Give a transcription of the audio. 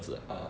ah